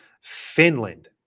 Finland